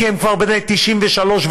כי הם כבר בני 93 ו-94,